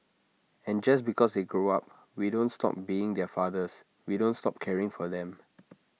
and just because they grow up we don't stop being their fathers we don't stop caring for them